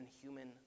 human